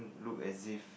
look as if